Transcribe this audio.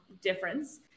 difference